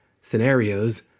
scenarios